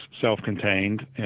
self-contained